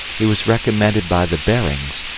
he was recommended by the barings,